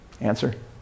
Answer